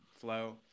flow